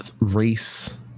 race